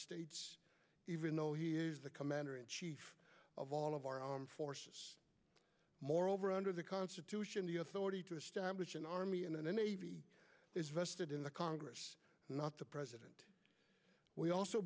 states even though he is the commander in chief of all of our armed forces moreover under the constitution the authority to establish an army and the navy is vested in the congress not to president we also